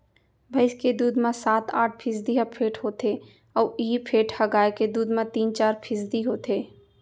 भईंस के दूद म सात आठ फीसदी ह फेट होथे अउ इहीं फेट ह गाय के दूद म तीन चार फीसदी होथे